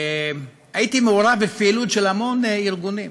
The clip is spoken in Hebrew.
הייתי מעורב בפעילות של המון ארגונים: